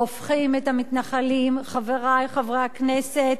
והופכים את המתנחלים, חברי חברי הכנסת,